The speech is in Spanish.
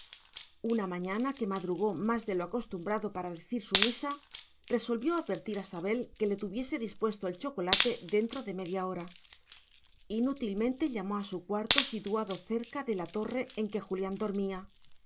una mañana que madrugó más de lo acostumbrado para decir su misa resolvió advertir a sabel que le tuviese dispuesto el chocolate dentro de media hora inútilmente llamó a su cuarto situado cerca de la torre en que julián dormía